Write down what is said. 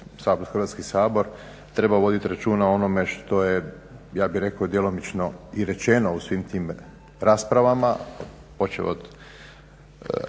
Hrvatski sabor treba vodit računa o onome što je ja bih rekao djelomično i rečeno u svim tim raspravama počev od